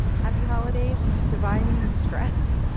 happy holidays. are you surviving the stress?